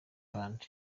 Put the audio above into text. band